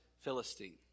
Philistine